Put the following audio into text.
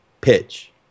pitch